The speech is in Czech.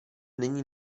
není